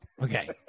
Okay